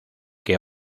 que